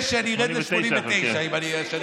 שאני ארד ל-89% אם אני אשנה את השיטה.